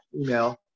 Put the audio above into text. email